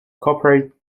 corporate